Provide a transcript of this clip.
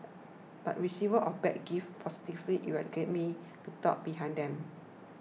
but receivers of bad gifts positively you are give me the thought behind them